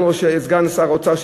סגן שר האוצר,